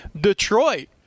Detroit